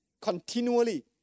continually